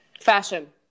fashion